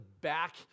back